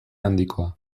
handikoa